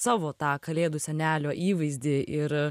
savo tą kalėdų senelio įvaizdį ir